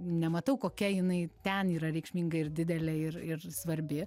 nematau kokia jinai ten yra reikšminga ir didelė ir ir svarbi